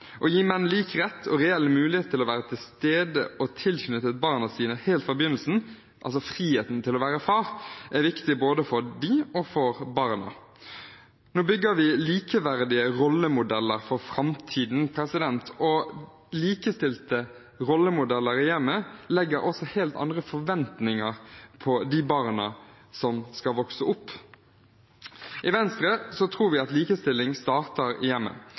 Å gi menn lik rett og reell mulighet til å være til stede og tilknyttet barna sine helt fra begynnelsen – friheten til å være far – er viktig både for dem og for barna. Nå bygger vi likeverdige rollemodeller for framtiden. Likestilte rollemodeller i hjemmet legger også helt andre forventninger på de barna som skal vokse opp. I Venstre tror vi at likestilling starter